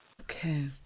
okay